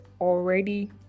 already